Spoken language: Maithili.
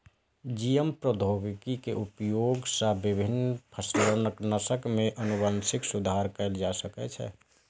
जी.एम प्रौद्योगिकी के उपयोग सं विभिन्न फसलक नस्ल मे आनुवंशिक सुधार कैल जा सकै छै